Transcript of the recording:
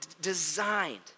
designed